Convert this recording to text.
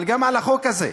אבל גם על החוק הזה,